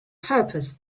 purposes